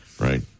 right